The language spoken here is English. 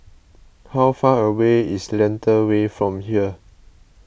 how far away is Lentor Way from here